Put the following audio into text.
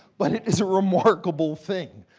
but it is a remarkable thing.